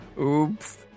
Oops